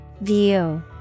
View